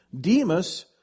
Demas